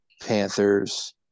Panthers